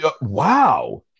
Wow